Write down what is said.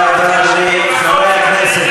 אדוני, יש שלוש דקות לתשובה.